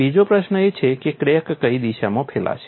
બીજો પ્રશ્ન એ છે કે ક્રેક કઈ દિશામાં ફેલાશે